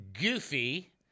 goofy